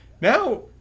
Now